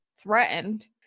threatened